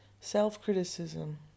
self-criticism